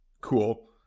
cool